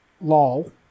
lol